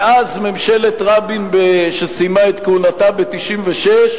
מאז סיימה ממשלת רבין את כהונתה ב-1996,